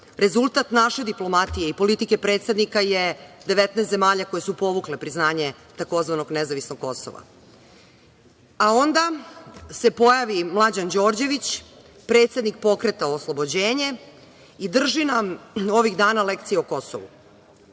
naše diplomatije i politike predsednika je 19 zemalja koje su povukle priznanje tzv. nezavisnog Kosova, a onda se pojavi Mlađan Đorđević, predsednik pokreta „Oslobođenje“ i drži nam ovih dana lekcije o Kosovu,